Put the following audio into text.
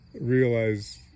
realize